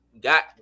got